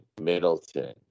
Middleton